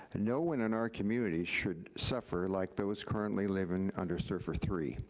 no one in our community should suffer like those currently living under serfr three.